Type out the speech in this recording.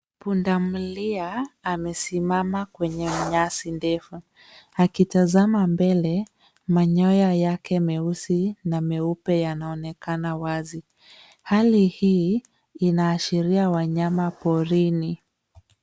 Pundamilia amesimama kwenye nyasi ndefu akitazama mbele. Manyoya yake meusi na meupe yanaonekana wazi. Hali hii inaashiria wanyama porini.